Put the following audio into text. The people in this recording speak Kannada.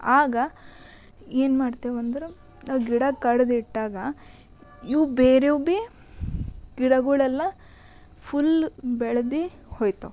ಆಗ ಏನು ಮಾಡ್ತೀವಿ ಅಂದ್ರೆ ಗಿಡ ಕಡಿದಿಟ್ಟಾಗ ಇವು ಬೇರೆಯವು ಭೀ ಗಿಡಗಳೆಲ್ಲ ಫುಲ್ ಬೆಳೆದು ಹೋಗ್ತಾವೆ